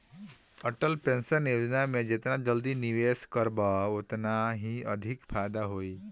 Atal pension योजना में जेतना जल्दी निवेश करबअ ओतने अधिका फायदा होई